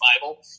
Bible